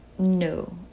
No